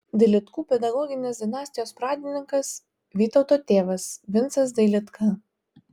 dailidkų pedagoginės dinastijos pradininkas vytauto tėvas vincas dailidka